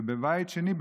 ובבית שני,